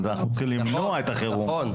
אנחנו צריכים למנוע את החירום.